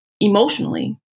emotionally